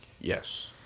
Yes